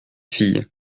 fille